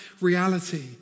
reality